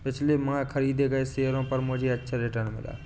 पिछले माह खरीदे गए शेयरों पर मुझे अच्छा रिटर्न मिला